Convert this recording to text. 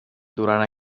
durant